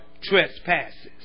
trespasses